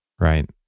right